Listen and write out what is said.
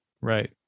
right